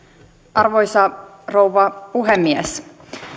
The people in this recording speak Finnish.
arvoisa rouva puhemies